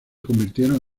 convirtieron